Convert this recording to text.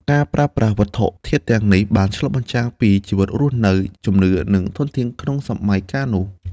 ការប្រើប្រាស់វត្ថុធាតុទាំងនេះបានឆ្លុះបញ្ចាំងពីជីវិតរស់នៅ ជំនឿ និងធនធានក្នុងសម័យកាលនោះ។